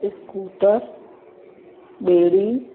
scooter ॿेड़ी